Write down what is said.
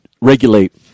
regulate